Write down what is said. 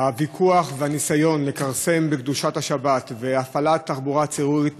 הוויכוח והניסיון לכרסם בקדושת השבת והפעלת תחבורה ציבורית בשבת,